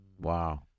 Wow